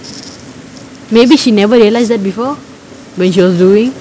maybe she never realise that before when she was doing